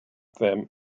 them